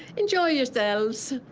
enjoy yourselves.